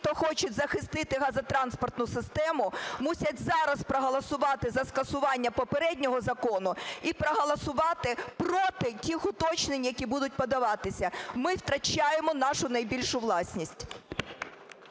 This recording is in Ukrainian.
хто хочуть захистити газотранспортну систему, мусять зараз проголосувати за скасування попереднього закону і проголосувати проти тих уточнень, які будуть подаватись. Ми втрачаємо нашу найбільшу власність.